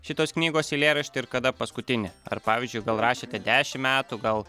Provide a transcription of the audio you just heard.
šitos knygos eilėraštį ir kada paskutinį ar pavyzdžiui gal rašėte dešim metų gal